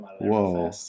whoa